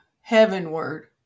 heavenward